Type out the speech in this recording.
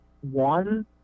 one